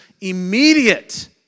immediate